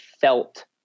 felt